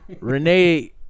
Renee